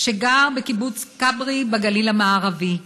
שגר בקיבוץ כברי בגליל המערבי.